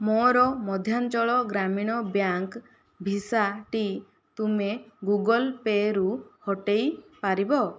ମୋର Madhyanchal Gramin bank visa ଟି ତୁମେ ଗୁଗଲ୍ ପେ' ରୁ ହଟେଇ ପାରିବ